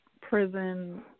prison